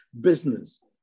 business